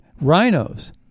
rhinos